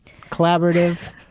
Collaborative